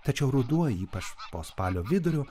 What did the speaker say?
tačiau ruduo ypač po spalio vidurio